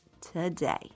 today